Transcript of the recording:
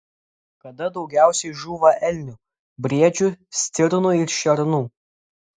kada daugiausiai žūva elnių briedžių stirnų ir šernų